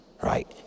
right